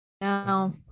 no